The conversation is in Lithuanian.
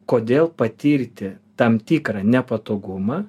kodėl patirti tam tikrą nepatogumą